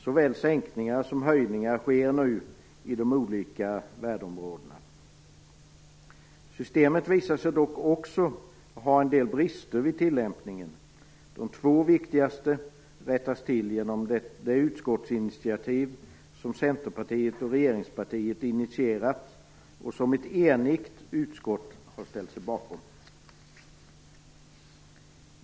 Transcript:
Såväl sänkningar som höjningar sker nu i de olika värdeområdena. Systemet visar sig dock också ha en del brister vid tillämpningen. De två viktigaste rättas till genom det utskottsinitiativ som Centerpartiet och regeringspartiet tagit och som ett enigt utskott har ställt sig bakom.